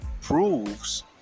proves